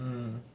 mm